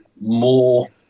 more